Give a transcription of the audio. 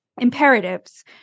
imperatives